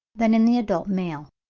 than in the adult male.